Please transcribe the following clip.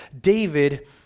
David